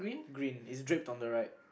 green it's dripped on the right